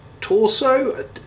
torso